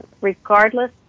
regardless